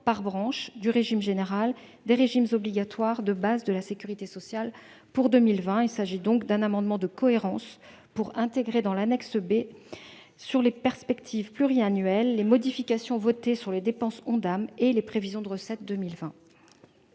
par branche de l'ensemble des régimes obligatoires de base de la sécurité sociale pour 2020. Il s'agit donc d'un amendement de cohérence permettant d'intégrer, dans l'annexe B portant sur les perspectives pluriannuelles, les modifications votées au niveau des dépenses de l'Ondam et des prévisions de recettes.